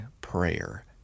prayer